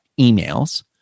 emails